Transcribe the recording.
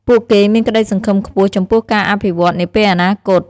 ពួកគេមានក្ដីសង្ឃឹមខ្ពស់ចំពោះការអភិវឌ្ឍន៍នាពេលអនាគត។